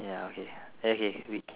ya okay okay we